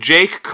Jake